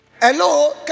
Hello